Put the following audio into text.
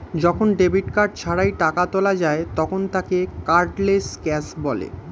যখন debit card ছাড়াই টাকা তোলা যায় তখন তাকে কার্ডলেস ক্যাশ বলে